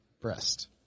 breast